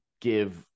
give